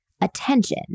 attention